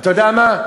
אתה יודע מה?